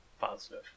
positive